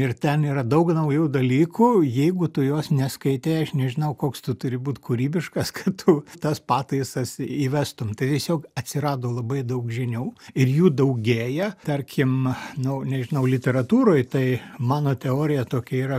ir ten yra daug naujų dalykų jeigu tu jos neskaitei aš nežinau koks tu turi būt kūrybiškas kad tu tas pataisas įvestum tai tiesiog atsirado labai daug žinių ir jų daugėja tarkim nu nežinau literatūroj tai mano teorija tokia yra